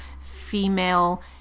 female